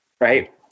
right